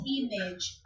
image